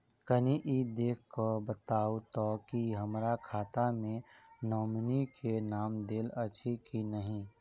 कनि ई देख कऽ बताऊ तऽ की हमरा खाता मे नॉमनी केँ नाम देल अछि की नहि?